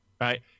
right